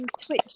Twitch